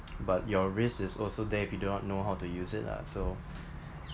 but your risk is also there if you do not know how to use it lah so